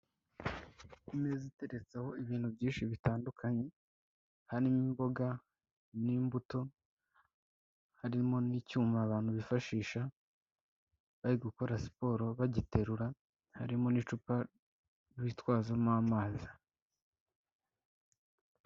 Ku meza iteretseho ibintu byinshi bitandukanye, harimo imboga n'imbuto, harimo n'icyuma abantu bifashisha, bari gukora siporo, bagiterura, harimo n'icupa bitwazamo amazi.